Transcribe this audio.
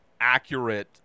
accurate